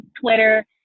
Twitter